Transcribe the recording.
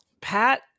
Pat